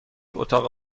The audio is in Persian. اتاق